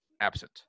absent